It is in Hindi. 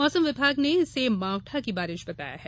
मौसम विभाग ने इसे मावठा की बारिश बताया है